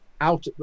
out